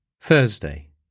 Thursday